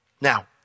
Now